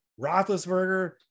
Roethlisberger